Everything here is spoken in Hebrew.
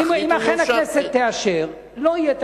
אם אכן הכנסת תאשר, לא יהיה תקציב.